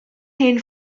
hen